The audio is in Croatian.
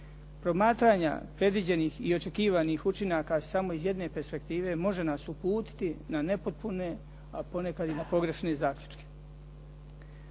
Promatranja predviđenih i očekivanih učinaka samo iz jedne perspektive može nas uputiti na nepotpune, a ponekad i na pogrešne zaključke.